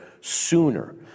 sooner